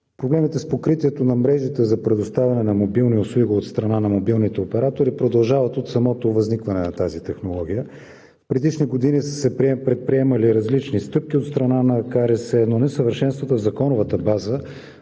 Проблемите с покритието на мрежите за предоставяне на мобилни услуги от страна на мобилните оператори продължават от самото възникване на тази технология. В предишни години са се предприемали различни стъпки от страна на КРС, но несъвършенствата в законовата база,